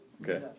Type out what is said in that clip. Okay